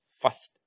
first